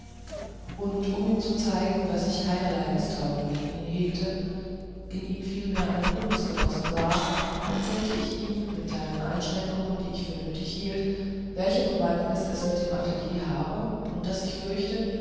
und um ihm zu zeigen daß ich keinerlei mißtrauen gegen ihn hegte in ihm vielmehr einen bundesgenossen sah erzählte ich ihm mit kleinen einschränkungen die ich für nötig hielt welche bewandtnis es mit dem atelier habe und daß ich fürchte